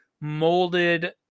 molded